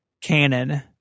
canon